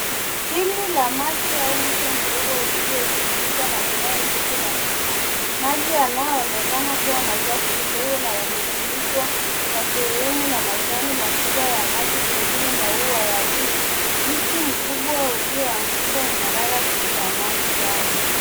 Dimbwi la maji au mto mdogo ulio zungukwa na mimea mingi na miti. Maji yanayo onekana kuwa machafu kidogo na yamefunikwa kwa sehemu na majani makubwa ya maji pengine maua yalii. Mti mkubwa ulio anguka umelala juu ya maji hayo.